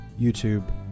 YouTube